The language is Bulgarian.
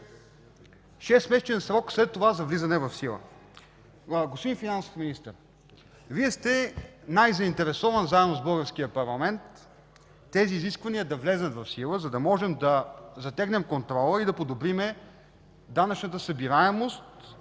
шестмесечен срок след това за влизане в сила. Господин финансов Министър, Вие сте най-заинтересован, заедно с българския парламент тези изисквания да влязат в сила, за да можем да затегнем контрола и да подобрим данъчната събираемост